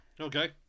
Okay